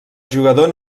jugador